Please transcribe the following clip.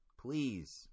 Please